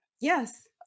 Yes